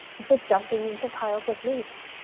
is it jumping into piles of leaves?